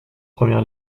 première